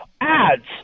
ads